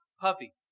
puppy